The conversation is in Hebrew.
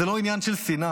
זה לא עניין של שנאה,